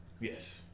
Yes